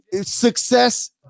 success